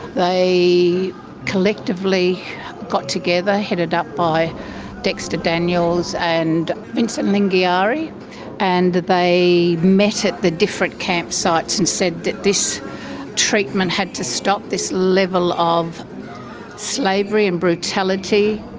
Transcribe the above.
they collectively got together, headed up by dexter daniels and vincent lingiari and they met at the different campsites and said that this treatment had to stop, this level of slavery and brutality.